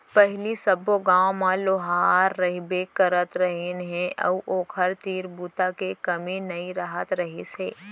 पहिली सब्बो गाँव म लोहार रहिबे करत रहिस हे अउ ओखर तीर बूता के कमी नइ रहत रहिस हे